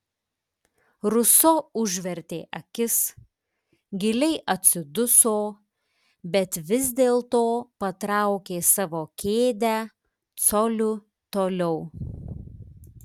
ruso užvertė akis giliai atsiduso bet vis dėlto patraukė savo kėdę coliu toliau